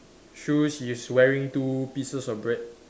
shoes he's wearing two pieces of bread